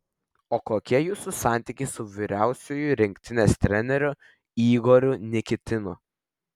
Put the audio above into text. o kokie jūsų santykiai su vyriausiuoju rinktinės treneriu igoriu nikitinu